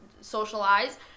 socialize